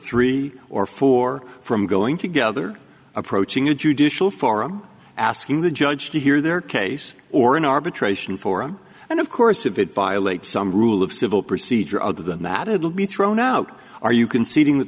three or four from going together approaching a judicial forum asking the judge to hear their case or an arbitration forum and of course if it violates some rule of civil procedure other than that it will be thrown out are you conceding that